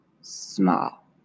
small